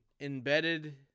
embedded